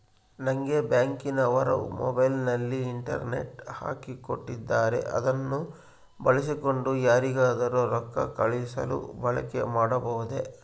ನಂಗೆ ಬ್ಯಾಂಕಿನವರು ಮೊಬೈಲಿನಲ್ಲಿ ಇಂಟರ್ನೆಟ್ ಹಾಕಿ ಕೊಟ್ಟಿದ್ದಾರೆ ಅದನ್ನು ಬಳಸಿಕೊಂಡು ಯಾರಿಗಾದರೂ ರೊಕ್ಕ ಕಳುಹಿಸಲು ಬಳಕೆ ಮಾಡಬಹುದೇ?